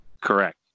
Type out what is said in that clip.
correct